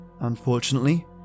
Unfortunately